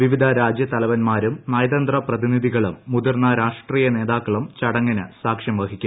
വിവിധ രാജ്യത്തലവന്മാരും നയതന്ത്ര പ്രതിനിധികളും മുതിർന്ന രാഷ്ട്രീയ നേതാക്കളും ചടങ്ങിന് സാക്ഷൃം വഹിക്കും